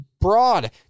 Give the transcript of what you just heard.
broad